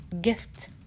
gift